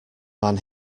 man